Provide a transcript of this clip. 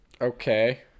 Okay